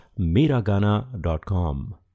MiraGana.com